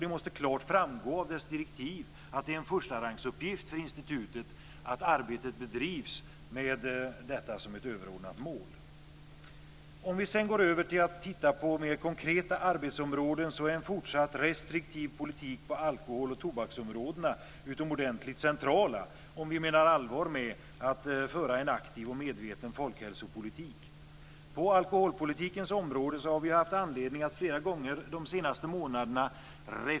Det måste klart framgå av dess direktiv att det är en förstarangsuppgift för institutet att arbetet bedrivs med detta som ett överordnat mål.